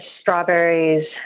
strawberries